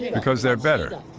yeah because they're better.